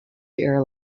fewer